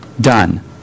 Done